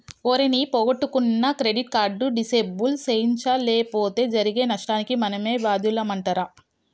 ఓరి నీ పొగొట్టుకున్న క్రెడిట్ కార్డు డిసేబుల్ సేయించలేపోతే జరిగే నష్టానికి మనమే బాద్యులమంటరా